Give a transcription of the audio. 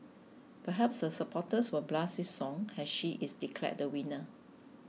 perhaps her supporters will blast this song as she is declared the winner